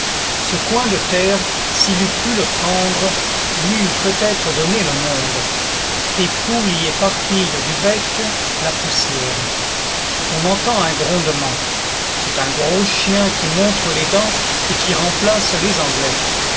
ce coin de terre s'il eût pu le prendre lui eût peut-être donné le monde des poules y éparpillent du bec la poussière on entend un grondement c'est un gros chien qui montre les dents et qui remplace les anglais